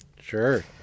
sure